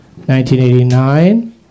1989